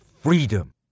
freedom